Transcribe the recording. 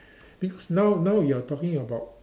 because now now you are talking about